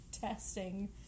testing